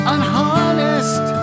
Unharnessed